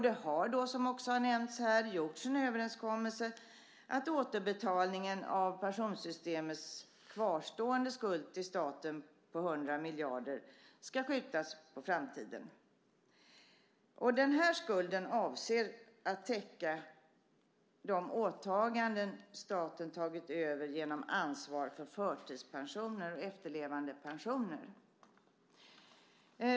Det har då, som också har nämnts här, gjorts en överenskommelse om att återbetalningen av pensionssystemets kvarstående skuld till staten på 100 miljarder ska skjutas på framtiden. Den här skulden avses täcka de åtaganden som staten har tagit över genom ansvar för förtidspensioner och efterlevandepensioner.